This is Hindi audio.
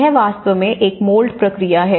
यह वास्तव में एक मोल्ड प्रक्रिया है